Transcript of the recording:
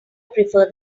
prefer